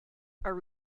are